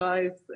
קרייס,